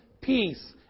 peace